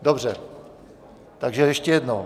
Dobře, takže ještě jednou.